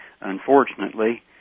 unfortunately